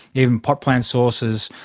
even pot plant saucers.